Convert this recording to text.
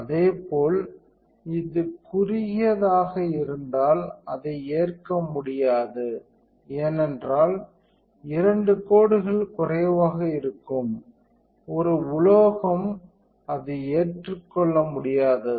அதே போல் இது குறுகியதாக இருந்தால் அதை ஏற்க முடியாது ஏனென்றால் இரண்டு கோடுகள் குறைவாக இருக்கும் ஒரு உலோகம் அது ஏற்றுக்கொள்ள முடியாதது